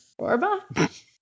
Orba